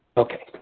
okay.